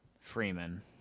Freeman